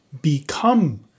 become